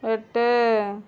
எட்டு